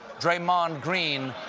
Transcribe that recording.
draymond green,